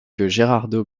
gerardo